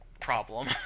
problem